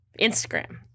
Instagram